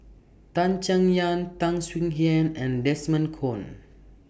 Tan Chay Yan Tan Swie Hian and Desmond Kon